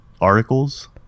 articles